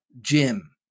Jim